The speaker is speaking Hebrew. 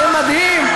זה מדהים.